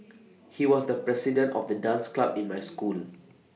he was the president of the dance club in my school